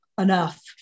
enough